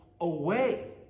away